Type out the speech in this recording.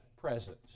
presence